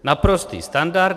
Naprostý standard.